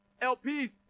LPs